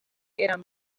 eren